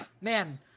man